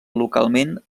localment